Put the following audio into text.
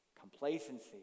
complacency